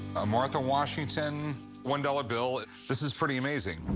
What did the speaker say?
a martha washington one dollars bill, this is pretty amazing.